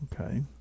Okay